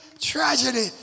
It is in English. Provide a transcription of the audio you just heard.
tragedy